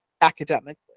academically